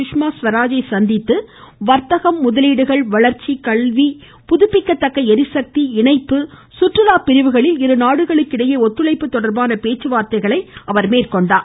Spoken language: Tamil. சுஷ்மா ஸ்வராஜ் அவரை சந்தித்து வர்த்தகம் முதலீடுகள் வளர்ச்சி கல்வி புதுப்பிக்கத்தக்க ளிசக்தி இணைப்பு கற்றுலா பிரிவுகளில் இருநாடுகளுக்கு இடையே ஒத்துழைப்பு தொடர்பான பேச்சுவார்த்தைகளை மேற்கொண்டார்